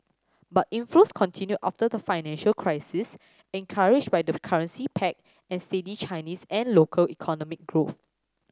but inflows continued after the financial crisis encouraged by the currency peg and steady Chinese and local economic growth